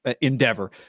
endeavor